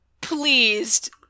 pleased